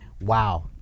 Wow